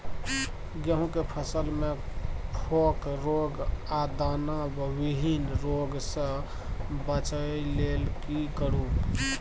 गेहूं के फसल मे फोक रोग आ दाना विहीन रोग सॅ बचबय लेल की करू?